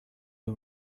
you